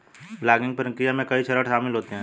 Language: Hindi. लॉगिंग प्रक्रिया में कई चरण शामिल होते है